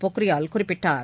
பொக்ரியால் குறிப்பிட்டுள்ளார்